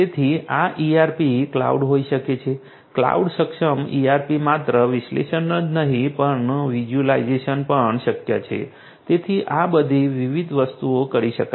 તેથી આ ERP cloud હોઈ શકે છે ક્લાઉડ સક્ષમ ERP માત્ર વિશ્લેષણ જ નહીં પણ વિઝ્યુલાઇઝેશન પણ શક્ય છે તેથી આ બધી વિવિધ વસ્તુઓ કરી શકાય છે